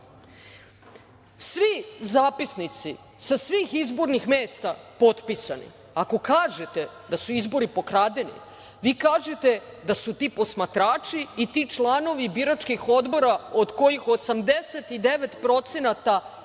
Svi zapisnici sa svih izbornih mesta potpisani. Ako kažete da su izbori pokradeni, vi kažete da su ti posmatrači i ti članovi biračkih odbora, od kojih 89% nisu